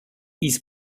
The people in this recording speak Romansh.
i’s